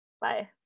Bye